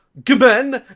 gmen